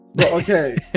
okay